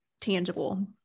tangible